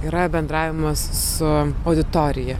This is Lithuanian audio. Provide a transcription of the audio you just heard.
yra bendravimas su auditorija